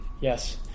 yes